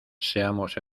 seamos